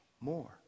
more